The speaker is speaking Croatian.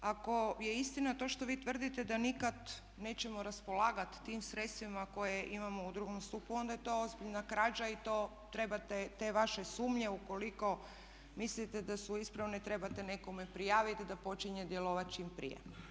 Ako je istina to što vi tvrdite da nikada nećemo raspolagati tim sredstvima koje imamo u drugom stupu onda je to ozbiljna krađa i to trebate te vaše sumnje ukoliko mislite da su ispravne i trebate nekome prijaviti da počinje djelovati čim prije.